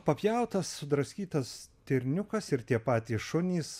papjautas sudraskytas stirniukas ir tie patys šunys